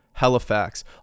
Halifax